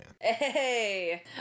Hey